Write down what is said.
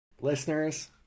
Listeners